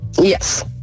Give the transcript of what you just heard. Yes